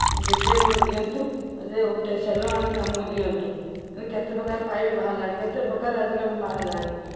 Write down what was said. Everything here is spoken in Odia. ଡିପଟେଲ୍ ଗୋଟେ ଦିଅନ୍ତୁ ଗୋଟେ ସେଲୋ ଆଣିକି ଆମୁକୁ ଦିଅନ୍ତୁ କେତେ ପ୍ରକାର ପାଇପ୍ ବାହାରିଲାଣି କେତେ ପ୍ରକାର ଆଜିକାଲି ବାହାରିଲାଣି